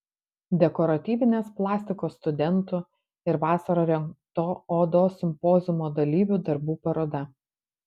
dekoratyvinės plastikos studentų ir vasarą rengto odos simpoziumo dalyvių darbų paroda